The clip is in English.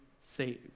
saved